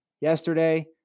yesterday